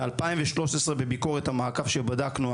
ב-2013 בביקורת המעקב שבדקנו,